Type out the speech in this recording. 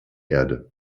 erde